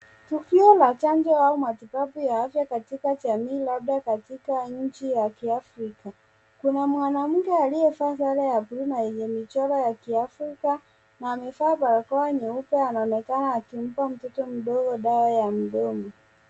Tukio la chanjo au matibabu ya afya katika jamii labda katika nchi ya kiafrika. Kuna mwanamke aliyevaa sare ya blue na yenye michoro ya kiafrika, na amevaa barakoa nyeupe anaonekana akimpa mtoto mdogo dawa ya mdomo.